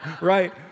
Right